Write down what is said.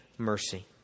mercy